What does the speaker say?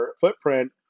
footprint